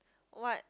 what